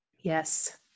Yes